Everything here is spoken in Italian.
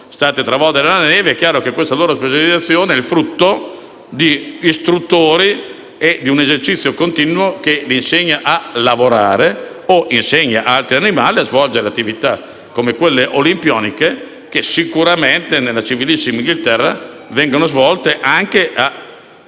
È chiaro che questa loro specializzazione è il frutto del lavoro degli istruttori e di un esercizio continuo che insegna loro a lavorare o che insegna ad altri animali a svolgere attività, come quelle olimpioniche che sicuramente, nella civilissima Inghilterra, vengono svolte anche a scopo